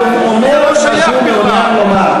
והוא אומר מה שהוא מעוניין לומר.